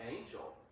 angel